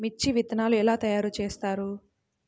మిర్చి విత్తనాలు ఎలా తయారు చేస్తారు?